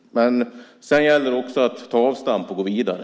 Men sedan gäller det också att ta avstamp och gå vidare.